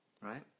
Right